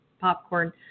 popcorn